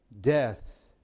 death